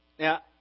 Now